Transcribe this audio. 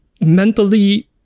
mentally